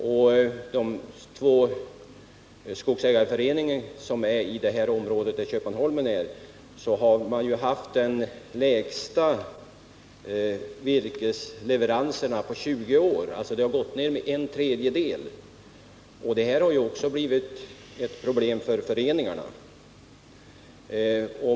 De två skogsägarföreningarna inom Köpmanholmens område har haft de lägsta virkesleveranserna på 20 år. Leveranserna har gått ner med en tredjedel. Detta har också blivit ett problem även för föreningarna.